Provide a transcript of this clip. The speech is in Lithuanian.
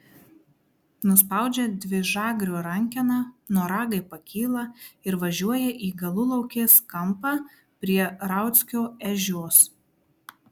nuspaudžia dvižagrio rankeną noragai pakyla ir važiuoja į galulaukės kampą prie rauckio ežios